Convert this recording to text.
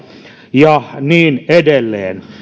ja niin edelleen kun